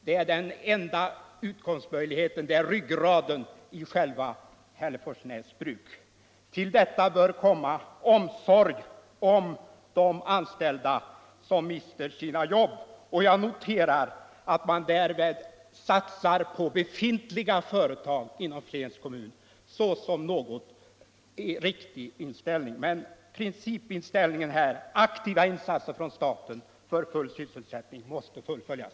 Det är den enda utkomstmöjligheten på orten. Det är r_vggradén i själva Hälleforsnäs bruk. Till detta bör komma omsorg om de anställda, som mister sina jobb. | Jag noterar som en riktig inställning att man satsar på befintliga företag inom Flens kommun. Men principen, att kräva insatser från staten för full sysselsättning, måste fullföljas.